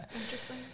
Interesting